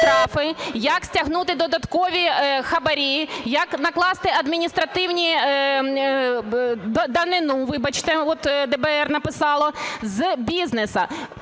як стягнути додаткові хабарі, як накласти адміністративні… данину, вибачте, ДБР написало, з бізнесу.